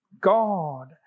God